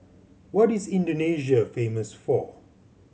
what is Indonesia famous for